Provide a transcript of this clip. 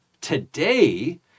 today